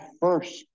first